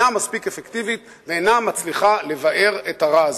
מספיק אפקטיבית ואינה מצליחה לבער את הרע הזה.